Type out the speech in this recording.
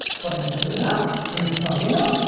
but are you good enough? are you funny enough?